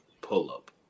pull-up